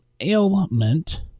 ailment